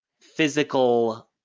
physical